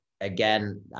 again